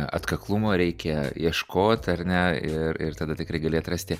atkaklumo reikia ieškot ar ne ir ir tada tikrai gali atrasti